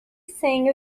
sang